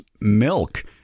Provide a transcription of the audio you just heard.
milk